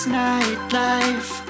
nightlife